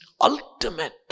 ultimate